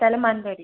സ്ഥലം മാനന്തവാടി